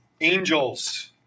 Angels